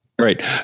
Right